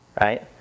right